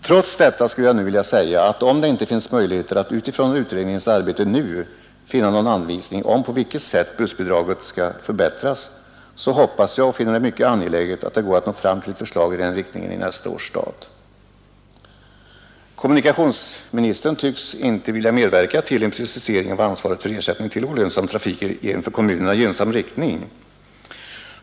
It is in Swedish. Trots detta skulle jag nu vilja säga att om det inte finns möjligheter att utifrån utredningens arbete nu finna någon anvisning om på vilket sätt bussbidraget skall förbättras hoppas jag och finner det mycket angeläget att det går att nå fram till ett förslag i den riktningen i nästa års stat. Kommunikationsministern tycks inte vilja medverka till en precisering av ansvaret för ersättning till olönsam trafik i en för kommunerna gynnsam riktning.